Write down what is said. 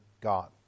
God